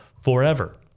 forever